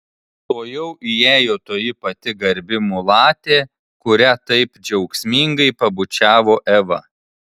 tuojau įėjo toji pati garbi mulatė kurią taip džiaugsmingai pabučiavo eva